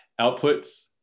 outputs